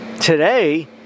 Today